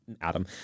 Adam